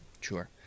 Sure